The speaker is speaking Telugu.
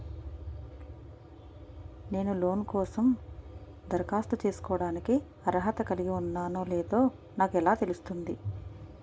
నేను లోన్ కోసం దరఖాస్తు చేసుకోవడానికి అర్హత కలిగి ఉన్నానో లేదో నాకు ఎలా తెలుస్తుంది?